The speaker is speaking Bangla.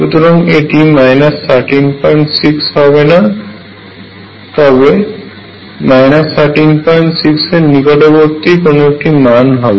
সুতরাং এটি 136 হবে না তবে 136 এর নিকটবর্তী কোনো একটি মান হবে